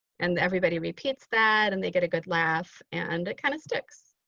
and everybody repeats that and they get a good laugh and it kind of sticks.